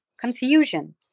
confusion